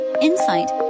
insight